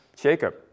Jacob